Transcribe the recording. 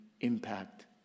impact